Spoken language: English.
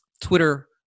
Twitter